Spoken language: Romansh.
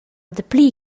dapli